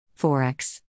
Forex